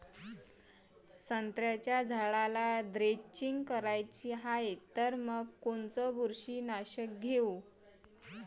संत्र्याच्या झाडाला द्रेंचींग करायची हाये तर मग कोनच बुरशीनाशक घेऊ?